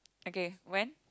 okay when